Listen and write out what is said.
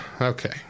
Okay